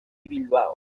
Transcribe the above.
bilbao